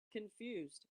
confused